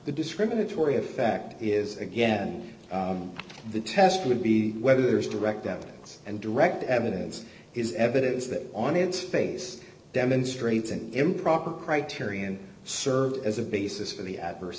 discriminatory effect is again the test would be whether there is direct evidence and direct evidence is evidence that on its face demonstrates an improper criterion served as a basis for the adverse